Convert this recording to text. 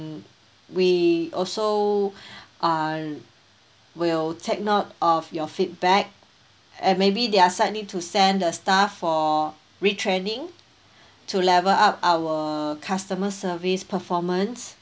we also uh will take note of your feedback and maybe their side need to send the staff for retraining to level up our customer service performance